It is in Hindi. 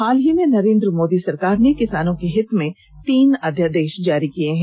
हाल में ही नरेंद्र मोदी सरकार ने किसानों के हित में तीन अध्यादेश जारी किए हैं